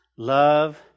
Love